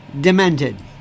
demented